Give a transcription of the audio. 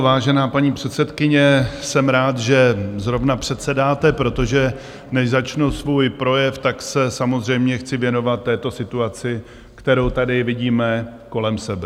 Vážená paní předsedkyně, jsem rád, že zrovna předsedáte, protože než začnu svůj projev, tak se samozřejmě chci věnovat této situaci, kterou tady vidíme kolem sebe.